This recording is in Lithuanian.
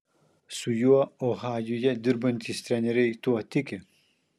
su juo ohajuje dirbantys treneriai tuo tiki